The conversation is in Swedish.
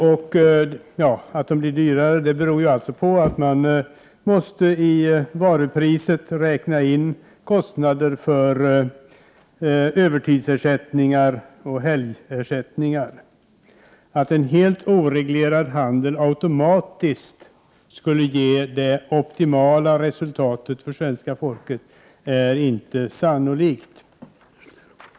Att varorna blir dyrare beror alltså på att man i varupriset måste räkna in kostnader för övertidsersättningar och helgersättningar. Att en helt oreglerad handel automatiskt skulle ge det optimala resultatet för svenska folket är inte sannolikt.